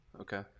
Okay